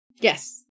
yes